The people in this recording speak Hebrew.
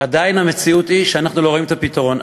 עדיין המציאות היא שאנחנו לא רואים את הפתרון.